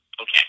okay